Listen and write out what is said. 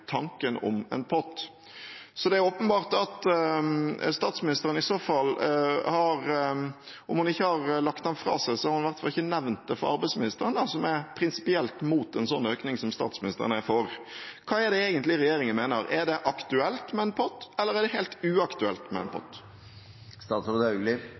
tanken om en pott. Det er åpenbart at om statsministeren ikke har lagt det fra seg, har hun i hvert fall ikke nevnt det for arbeidsministeren, som er prinsipielt mot en slik økning som statsministeren er for. Hva er det regjeringen egentlig mener? Er det aktuelt med en pott, eller er det helt uaktuelt med en